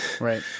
Right